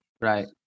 right